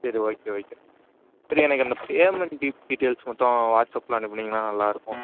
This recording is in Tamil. சரி ஓகே ஓகே சரி எனக்கு அந்த பேமெண்ட் டீடைெயில்ஸ் மட்டும் வாட்ஸ்அப்பில் அனுப்புனிங்கன்னா நல்லாயிருக்கும்